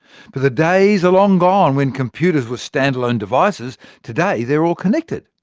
but the days are long gone when computers were stand-alone devices today, they're all connected.